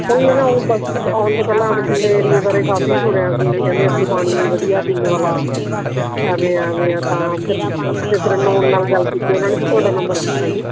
ਉਹੀ ਹੈ ਨਾ ਉਹ ਬਸ ਆਉਣ ਤੋਂ ਪਹਿਲਾਂ ਬਠਿੰਡੇ ਏਰੀਏ ਬਾਰੇ ਕਾਫੀ ਸੁਣਿਆ ਸੀ ਵੀ ਕਹਿੰਦੇ ਇੱਥੇ ਪਾਣੀ ਨਹੀਂ ਵਧੀਆ ਪੀਣ ਵਾਲਾ ਐਵੇਂ ਐਵੇਂ ਆ ਤਾਂ ਫਿਰ ਫਿਰ ਫਿਰ ਨੋਨ ਨਾਲ ਗੱਲ ਕੀਤੀ ਉਨ੍ਹਾਂ ਨੇ ਫਿਰ ਤੁਹਾਡਾ ਨੰਬਰ ਦਿੱਤਾ ਸੀ